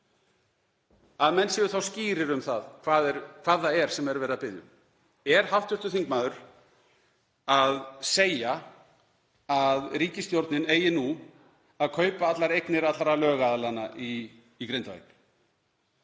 að menn séu þá skýrir um hvað það er sem verið er að biðja um. Er hv. þingmaður að segja að ríkisstjórnin eigi nú að kaupa allar eignir allra lögaðila í Grindavík,